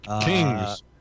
Kings